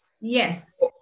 Yes